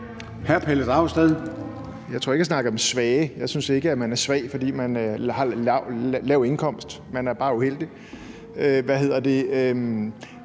Pelle Dragsted (EL): Jeg tror ikke, jeg snakker om svage. Jeg synes ikke, at man er svag, fordi man har en lav indkomst; man er bare uheldig. Men det